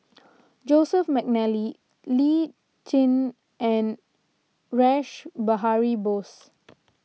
Joseph McNally Lee Tjin and Rash Behari Bose